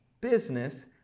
Business